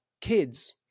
kids